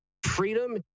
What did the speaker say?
Freedom